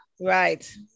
right